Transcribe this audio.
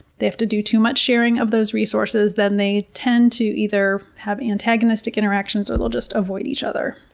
they have to do too much sharing of those resources, then they tend to either have antagonistic interactions or they'll just avoid each other.